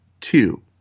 two